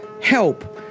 help